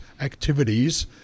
activities